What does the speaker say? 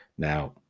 Now